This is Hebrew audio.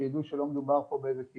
שיידעו שלא מדובר פה על מישהו זר,